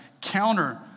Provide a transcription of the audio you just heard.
counter